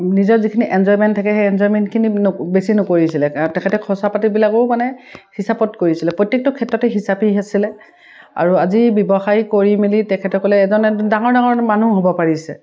নিজৰ যিখিনি এঞ্জয়মেণ্ট থাকে সেই এঞ্জয়মেণ্টখিনি বেছি নকৰিছিলে তেখেতে খচাপাতিবিলাকেও মানে হিচাপত কৰিছিলে প্ৰত্যেকটো ক্ষেত্ৰতে হিচাপেই হিছিলে আৰু আজি ব্যৱসায় কৰি মেলি তেখেতসকলে এজন ডাঙৰ ডাঙৰ মানুহ হ'ব পাৰিছে